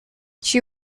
she